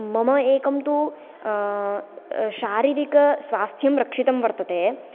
मम एकं तु शारीरिकस्वास्थ्यं रक्षितं वर्तते